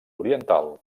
oriental